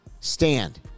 Stand